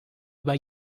über